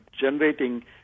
generating